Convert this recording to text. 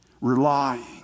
relying